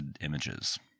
Images